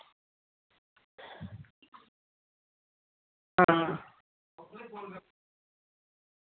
आं